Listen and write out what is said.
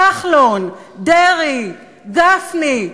כחלון, דרעי, גפני,